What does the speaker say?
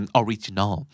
original